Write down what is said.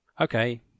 Okay